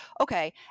Okay